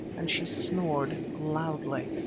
and she snored loudly.